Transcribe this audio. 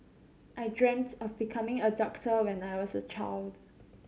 I dreamt of becoming a doctor when I was a child